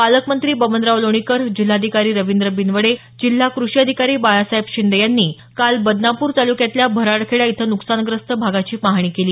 पालकमंत्री बबनराव लोणीकर जिल्हाधिकारी रविंद्र बिनवडे जिल्हा कृषी अधिकारी बाळासाहेब शिंदे यांनी काल बदनापूर तालुक्यातल्या भराडखेडा इथं नुकसानग्रस्त भागाची पहाणी केली